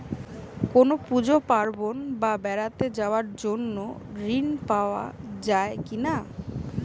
কোনো পুজো পার্বণ বা বেড়াতে যাওয়ার জন্য ঋণ পাওয়া যায় কিনা?